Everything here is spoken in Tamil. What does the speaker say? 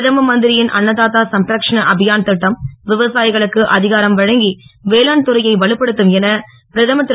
பிரதம மந்திரியின் அன்னதாதா சம்ரக்குஷண அபியான் தட்டம் விவசாயிகளுக்கு அதிகாரம் வழங்கி வேளாண் துறையை வலுப்படுத்தும் என பிரதமர் திரு